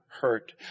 hurt